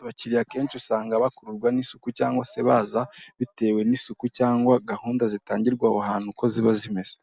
abakiriya akenshi usanga bakururwa n'isuku cyangwa se baza bitewe n'isuku cyangwa gahunda zitangirwa aho ahantu uko ziba zimeze.